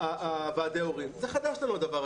הדבר הזה חדש לנו.